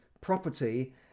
property